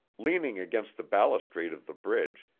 leaning against the balustrade of the bridge,